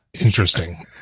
interesting